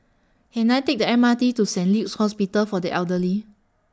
Can I Take The M R T to Saint Luke's Hospital For The Elderly